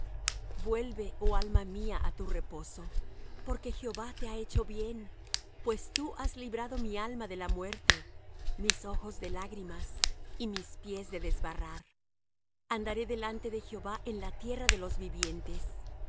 vuelve oh alma mía á tu reposo porque jehová te ha hecho bien pues tú has librado mi alma de la muerte mis ojos de lágrimas y mis pies de desbarrar andaré delante de jehová en la tierra de los vivientes